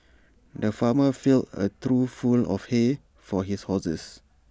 the farmer filled A trough full of hay for his horses